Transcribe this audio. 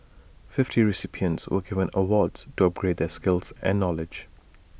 fifty recipients were given awards to upgrade their skills and knowledge